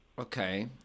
Okay